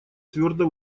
твердо